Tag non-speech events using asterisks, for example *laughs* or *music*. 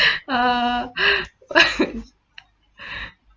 *breath* uh *breath* *laughs* *breath*